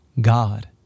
God